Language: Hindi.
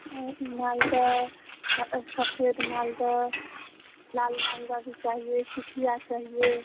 वह मालदह स सफ़ेद मालदह लाल मालदह भी चाहिए सुखिया चाहिए